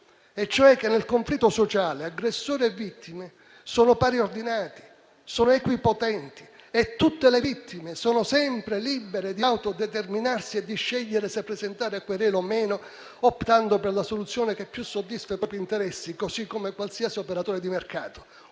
e cioè che nel conflitto sociale aggressore e vittime sono pariordinati, equipotenti e tutte le vittime sono sempre libere di autodeterminarsi e di scegliere se presentare querela o meno, optando per la soluzione che più soddisfa i propri interessi, così come qualsiasi operatore di mercato.